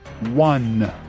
one